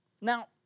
Now